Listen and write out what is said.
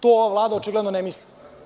To ova Vlada očigledno ne misli.